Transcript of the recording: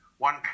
one